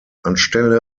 anstelle